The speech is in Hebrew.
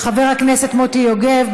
חבר הכנסת מוטי יוגב,